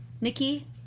Nikki